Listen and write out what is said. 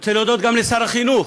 אני רוצה להודות גם לשר החינוך,